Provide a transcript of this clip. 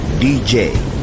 DJ